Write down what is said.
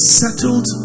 settled